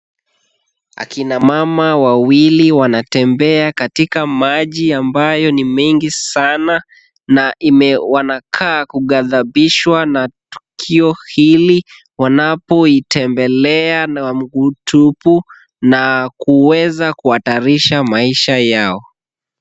Akina mama wawili wanatembea katika maji ambayo ni mengi sana na wanakaa kugadhabishwa na tukio hili, wanapoitembelea na mguu tupu na kuweza kuhatarisha maisha yao.